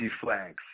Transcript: flags